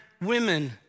women